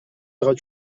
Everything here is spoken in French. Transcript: iras